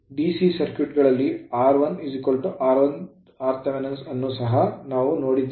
c circuit ಗಳಲ್ಲಿ rl rth ಅನ್ನು ಸಹ ನಾವು ನೋಡಿದ್ದೇವೆ